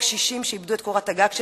קשישים שאיבדו את קורת הגג שלהם,